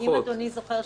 אם אדוני זוכר,